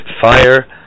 fire